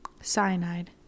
cyanide